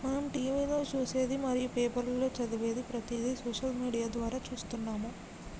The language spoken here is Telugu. మనం టీవీలో చూసేది మరియు పేపర్లో చదివేది ప్రతిదీ సోషల్ మీడియా ద్వారా చూస్తున్నాము